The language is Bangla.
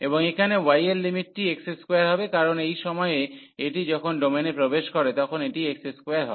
এবং এখানে y এর লিমিটটি x2 হবে কারণ এই সময়ে এটি যখন ডোমেনে প্রবেশ করে তখন এটি x2 হয়